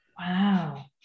Wow